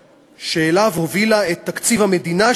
שאליו היא הובילה את תקציב המדינה,